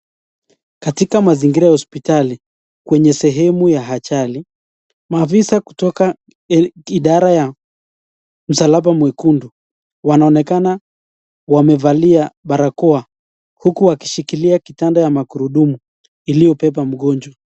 Katika mazingira ya hospitali kwenye sehemu ya ajali maafisa kutoka idara ya msalaba mwekundu wanaonekana wamevalia barakoa uku wakishikilia kitanda ya magurudumu ilio beba mgonjwa.